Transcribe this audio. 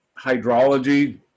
hydrology